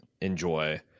enjoy